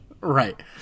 Right